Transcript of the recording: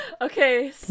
Okay